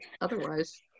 otherwise